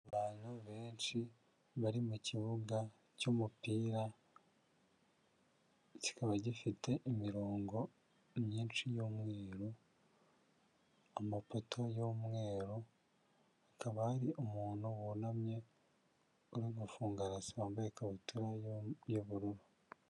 Abantu benshi bari mukibuga cy'umupira, kikaba gifite imirongo myinshi y'umweru. amapoto y'umweru, hakaba hari umuntu wunamye, uri gufunga rasi, wambaye ikabutura y'ubururu.